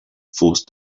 forced